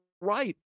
right